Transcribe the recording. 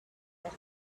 that